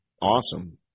awesome